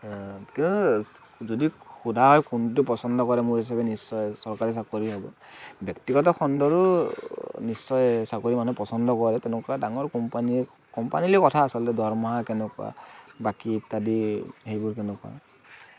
যদি সোধা হয় কোনটো পচণ্ড কৰে মোৰ হিচাপে নিশ্চয় চৰকাৰী চাকৰিয়ে হ'ব ব্যক্তিগত খণ্ডৰো নিশ্চয় চাকৰি মানুহে পচণ্ড কৰে তেনেকুৱা ডাঙৰ কোম্পানীৰ কোম্পানি লৈ কথা আচলতে দৰমহা কেনেকুৱা বাকী ইত্য়াদি হেৰিবোৰ কেনেকুৱা